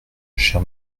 cher